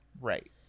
right